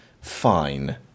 fine